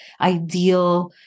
ideal